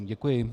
Děkuji.